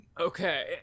Okay